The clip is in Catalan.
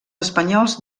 espanyols